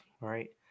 right